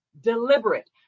deliberate